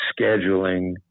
scheduling